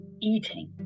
eating